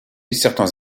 certains